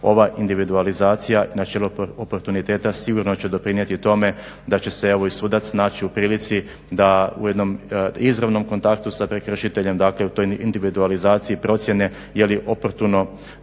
ova individualizacija načeo oportuniteta sigurno će doprinijeti tome da će se evo i sudac naći u prilici da u jednom izravnom kontaktu sa prekršiteljem dakle u toj individualizaciji procjene jeli oportuno